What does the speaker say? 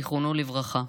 זיכרונו לברכה,